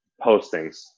postings